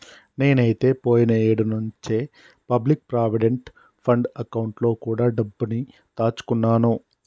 నేనైతే పోయిన ఏడు నుంచే పబ్లిక్ ప్రావిడెంట్ ఫండ్ అకౌంట్ లో కూడా డబ్బుని దాచుకున్నాను